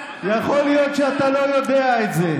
יכול להיות שאתה לא יודע את זה.